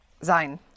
sein